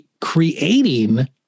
creating